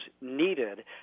needed